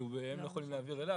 והם לא יכולים להעביר.